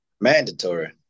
mandatory